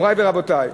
מורי ורבותי,